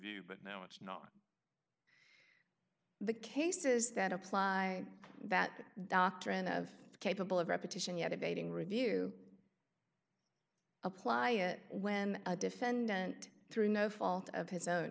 vague but now it's not the case is that apply that doctrine of capable of repetition yet abating review apply when a defendant through no fault of his own